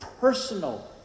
personal